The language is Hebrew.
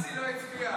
17 בעד,